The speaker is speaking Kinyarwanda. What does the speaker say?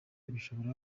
bishobora